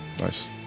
Nice